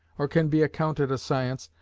or can be accounted a science,